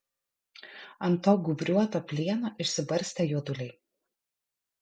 ant to gūbriuoto plieno išsibarstę juoduliai